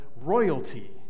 royalty